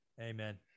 Amen